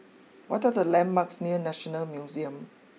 what are the landmarks near National Museum